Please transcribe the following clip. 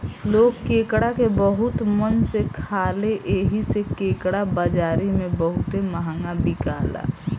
लोग केकड़ा के बहुते मन से खाले एही से केकड़ा बाजारी में बहुते महंगा बिकाला